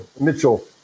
Mitchell